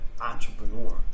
entrepreneur